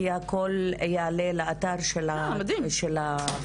כי הכל יעלה לאתר של הוועדה,